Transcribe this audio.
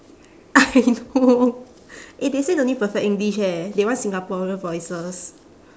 I know eh they say no need perfect english eh they want singaporean voices